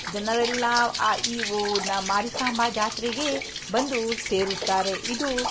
ಜನರೆಲ್ಲ ಮಾರಿಕಾಂಬಾ ಜಾತ್ರೆಗೆ ಬಂದು ಸೇರುತ್ತಾರೆ ಇದು